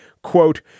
quote